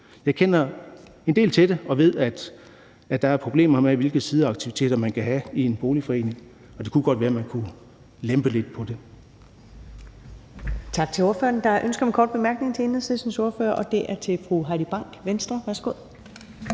Jeg kender en del til det og ved, at der er problemer med, hvilke sideaktiviteter man kan have i en boligforening. Og det kunne godt være, at man kunne lempe lidt på det.